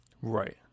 Right